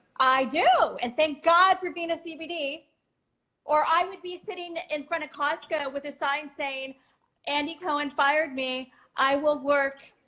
i do, and thank god for being a cpd or i would be sitting in front of costco with a sign saying andy cohen fired me i will work,